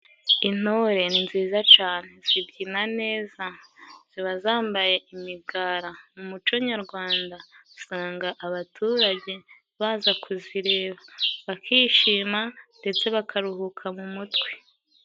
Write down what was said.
Intore ni nziza cane zibyina neza ziba zambaye imigara. Mu muco nyarwanda usanga abaturage baza kuzireba bakishima, ndetse bakaruhuka mu mutwe.